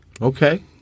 Okay